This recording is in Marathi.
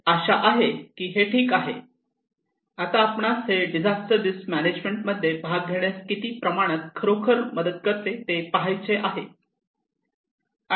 आशा आहे की हे ठीक आहे आता आपणास हे डिझास्टर रिस्क मॅनेजमेंट मध्ये भाग घेण्यास किती प्रमाणात खरोखर मदत करते ते आपल्याला पाहायचे आहे